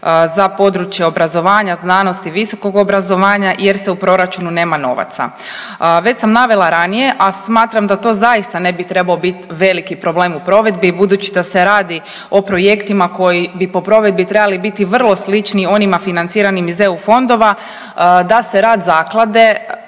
za područje obrazovanja, znanosti, visokog obrazovanja jer se u proračunu nema novaca. Već sam navela ranije, a smatram da to zaista ne bi trebao biti veliki problem u provedbi budući da se radi o projektima koji bi po provedbi trebali biti vrlo slični onima financiranim iz eu fondova da se rad zaklade